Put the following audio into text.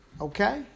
okay